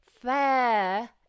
fair